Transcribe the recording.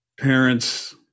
parents